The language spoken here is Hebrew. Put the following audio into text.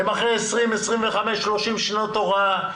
הם אחרי 25-20 שנות הוראה,